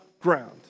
ground